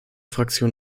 fraktion